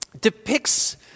depicts